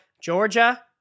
Georgia